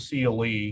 CLE